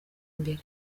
imbere